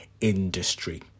industry